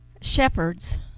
shepherds